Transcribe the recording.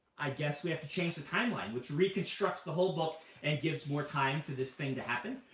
i guess we have to change the timeline, which reconstructs the whole book and gives more time to this thing to happen.